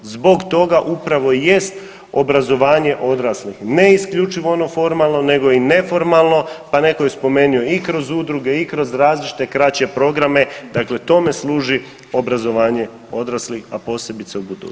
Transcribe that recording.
Zbog toga upravo i jest obrazovanje odraslih ne isključivo ono formalno, nego i neformalno pa netko je spomenuo i kroz udruge, i kroz različite kraće programe dakle tome služi obrazovanje odraslih a posebice u budućnosti.